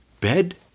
Bed